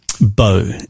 bow